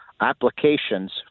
applications